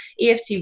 EFT